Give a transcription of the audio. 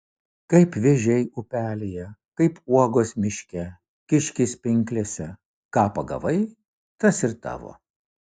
kaip vėžiai upelyje kaip uogos miške kiškis pinklėse ką pagavai tas ir tavo